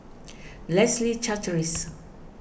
Leslie Charteris